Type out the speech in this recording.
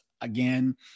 again